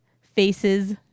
faces